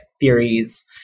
theories